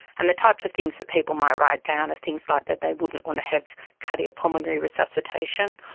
and the types of things that people might write down are things like that they wouldn't want to have cardiopulmonary resuscitation,